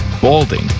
balding